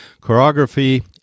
choreography